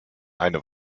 eine